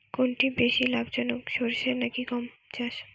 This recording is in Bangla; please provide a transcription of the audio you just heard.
কোনটি বেশি লাভজনক সরষে নাকি গম চাষ?